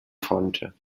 konnte